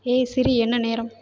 ஏய் சிரி என்ன நேரம்